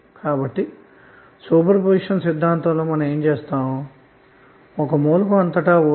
కాబట్టిసూపర్పోజిషన్ సిద్ధాంతంలో ఏమి చేస్తామంటే